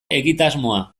egitasmoa